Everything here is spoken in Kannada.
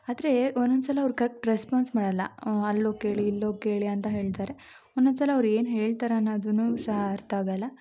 ಆದರೆ ಒನೋನ್ಸಲ ಅವ್ರು ಕರೆಕ್ಟ್ ರೆಸ್ಪಾನ್ಸ್ ಮಾಡೋಲ್ಲ ಅಲ್ಲೋಗಿ ಕೇಳಿ ಇಲ್ಲೋಗಿ ಕೇಳಿ ಅಂತ ಹೇಳ್ತಾರೆ ಒನೋನ್ಸಲ ಅವ್ರು ಏನು ಹೇಳ್ತಾರೆ ಅನ್ನೋದು ಸಹ ಅರ್ಥಾಗೋಲ್ಲ